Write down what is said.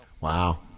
Wow